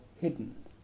hidden